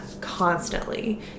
constantly